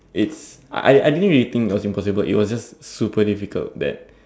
it's I I didn't really think it was impossible it was just super difficult that